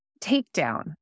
takedown